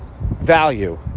value